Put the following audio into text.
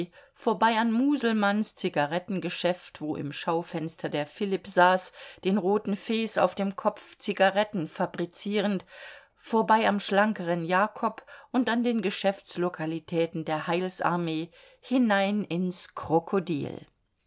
vorbei an muselmanns zigarettengeschäft wo im schaufenster der philipp saß den roten fes auf dem kopf zigaretten fabrizierend vorbei am schlankeren jacob und an den geschäftslokalitäten der heilsarmee hinein ins krokodil